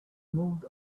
moved